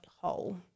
hole